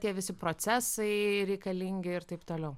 tie visi procesai reikalingi ir taip toliau